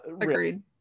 Agreed